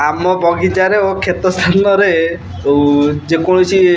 ଆମ ବଗିଚାରେ ଓ କ୍ଷେତ ସ୍ଥାନରେ ଯେକୌଣସି